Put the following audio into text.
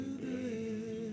today